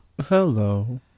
Hello